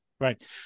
Right